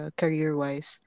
career-wise